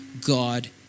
God